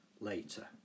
later